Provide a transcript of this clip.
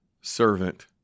servant